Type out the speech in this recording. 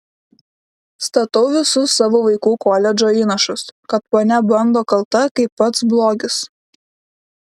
statau visus savo vaikų koledžo įnašus kad ponia bando kalta kaip pats blogis